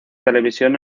televisión